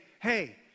hey